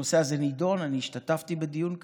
הנושא הזה נדון והשתתפתי בדיון כזה.